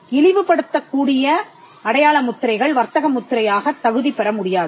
இழிவுபடுத்தக் கூடிய அடையாள முத்திரைகள் வர்த்தக முத்திரையாகத் தகுதி பெற முடியாது